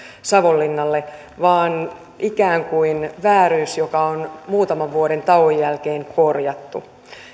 savonlinnalle vaan ikään kuin vääryydestä joka on muutaman vuoden tauon jälkeen korjattu